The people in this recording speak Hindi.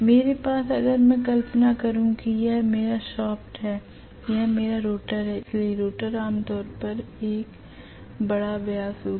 मेरे पास अगर मैं कल्पना करू कि यह मेरा शाफ्ट है यहां मेरा रोटर है इसलिए रोटर आमतौर पर एक बड़ा व्यास होगा